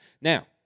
Now